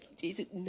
Jesus